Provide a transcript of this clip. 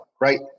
right